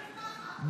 אחים לנשק --- די,